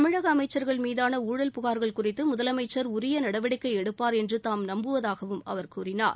தமிழக அமைச்சா்கள் மீதான ஊழல் புகாா்கள் குறித்து முதலமைச்சா் உரிய நடவடிக்கை எடுப்பார் என்று தாம் நம்புவதாகவும் அவர் கூறினார்